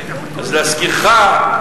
אז להזכירך,